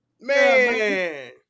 man